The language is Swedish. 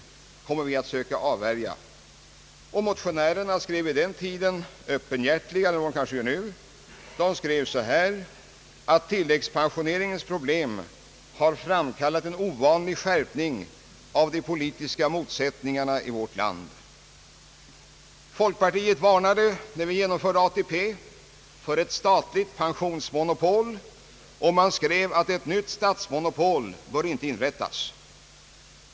Motionärerna var vid den tidpunkten öppenhjärtigare än de kanske är nu. Då skrev de så här: »Tilläggspensioneringens problem har framkallat en ovanlig skärpning av de politiska motsättningarna i vårt land.» Folkpartiet varnade, när vi genomförde ATP, för ett statligt pensionsmonopol och skrev att ett nytt statsmonopol inte borde inrättas.